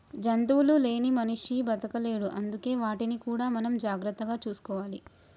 జంతువులు లేని మనిషి బతకలేడు అందుకే వాటిని కూడా మనం జాగ్రత్తగా చూసుకోవాలి